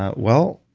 ah well,